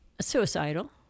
suicidal